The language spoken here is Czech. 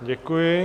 Děkuji.